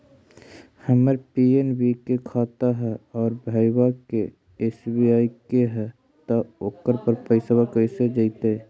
हमर पी.एन.बी के खाता है और भईवा के एस.बी.आई के है त ओकर पर पैसबा कैसे जइतै?